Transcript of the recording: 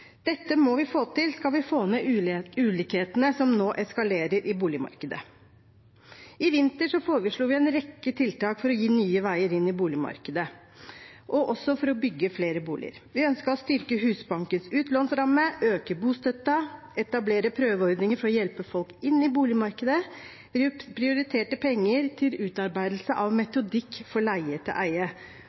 vi skal få ned ulikhetene som nå eskalerer i boligmarkedet. I vinter foreslo vi en rekke tiltak for å gi nye veier inn i boligmarkedet og også for å bygge flere boliger. Vi ønsket å styrke Husbankens utlånsramme, øke bostøtten, etablere prøveordninger for å hjelpe folk inn i boligmarkedet og prioritere penger til utarbeidelse av metodikk for leie-til-eie. Vi foreslo også å innføre en statlig rentekompensasjonsordning for kommunale tomtekjøp til